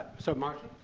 so marcia.